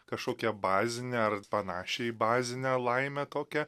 kažkokią bazinę ar panašią į bazinę laimę tokią